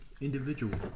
individual